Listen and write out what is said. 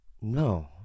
No